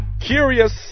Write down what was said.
Curious